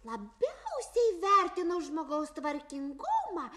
labiausiai vertinu žmogaus tvarkingumą